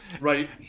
Right